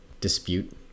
dispute